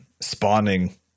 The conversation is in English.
spawning